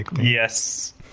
yes